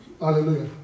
Hallelujah